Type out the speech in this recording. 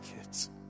kids